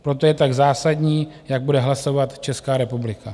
Proto je tak zásadní, jak bude hlasovat Česká republika.